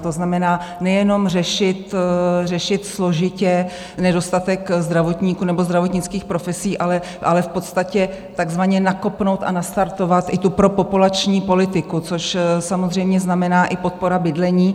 To znamená, nejenom řešit složitě nedostatek zdravotníků nebo zdravotnických profesí, ale takzvaně nakopnout a nastartovat i tu propopulační politiku, což samozřejmě znamená i podpora bydlení.